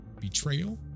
betrayal